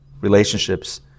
Relationships